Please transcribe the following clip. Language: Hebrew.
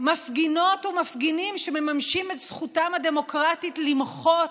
מפגינות ומפגינים שמממשים את זכותם הדמוקרטית למחות,